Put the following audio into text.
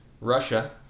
Russia